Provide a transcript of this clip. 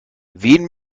wen